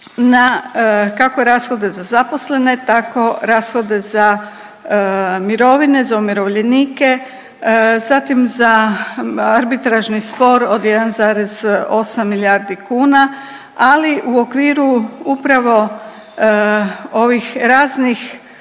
na kako rashode za zaposlene tako rashode za mirovine, za umirovljenike, zatim za arbitražni spor od 1,8 milijardi kuna, ali u okviru upravo ovih raznih